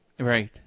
Right